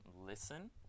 listen